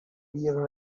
dear